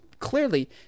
clearly